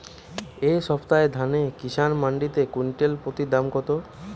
এই সপ্তাহে ধান কিষান মন্ডিতে কুইন্টাল প্রতি দাম কত?